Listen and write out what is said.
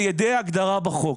על ידי הגדרה בחוק.